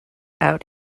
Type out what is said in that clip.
out